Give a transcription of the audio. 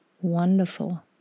wonderful